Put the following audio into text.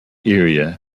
area